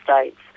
states